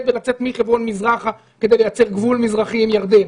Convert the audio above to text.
בלצאת מחברון מזרחה כדי לייצר גבול מזרחי עם ירדן.